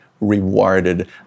rewarded